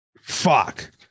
Fuck